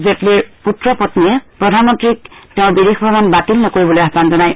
জেটলিৰ পুত্ৰ পম্নীয়ে প্ৰধানমন্তীক তেওঁৰ বিদেশ ভ্ৰমণ বাতিল নকৰিবলৈ আহান জনায়